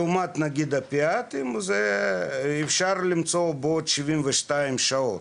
לעומת אופיאטיים אפשר למצוא אותו בעוד 72 שעות,